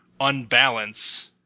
unbalance